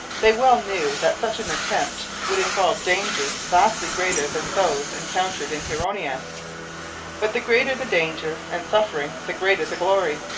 they well knew that such an attempt would involve dangers vastly greater than those encountered in huronia but the greater the danger and suffering the greater the glory.